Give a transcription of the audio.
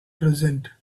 present